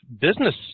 business